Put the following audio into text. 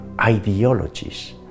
ideologies